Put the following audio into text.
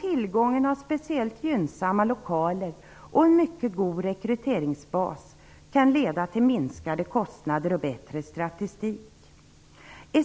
tillgången till speciellt gynnsamma lokaler och en mycket god rekryteringsbas kan leda till minskade kostnader och bättre statistik.